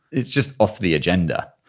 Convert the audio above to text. it's just off the agenda.